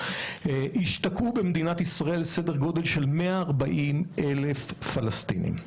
השתקעו במדינת ישראל כ-140 אלף פלסטינים.